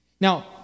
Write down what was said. Now